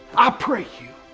i pray you,